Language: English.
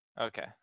Okay